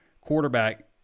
Quarterback